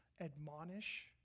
admonish